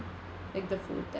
like the food there